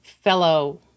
fellow